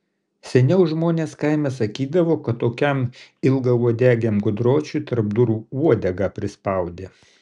seniau žmonės kaime sakydavo kad tokiam ilgauodegiam gudročiui tarp durų uodegą prispaudė